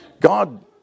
God